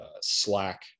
slack